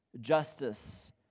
justice